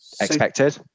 expected